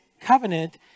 covenant